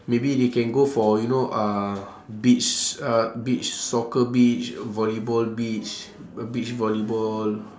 maybe they can go for you know uh beach uh beach soccer beach volleyball beach beach volleyball